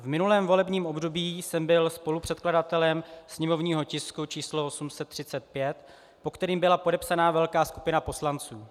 V minulém volebním období jsem byl spolupředkladatelem sněmovního tisku 835, pod kterým byla podepsána velká skupina poslanců.